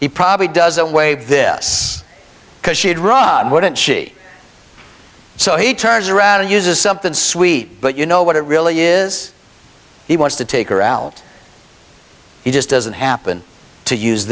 he probably does away with this because she'd run wouldn't she so he turns around and uses something sweet but you know what it really is he wants to take her out he just doesn't happen to use